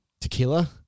tequila